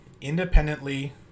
independently